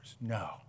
No